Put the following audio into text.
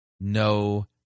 No